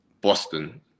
Boston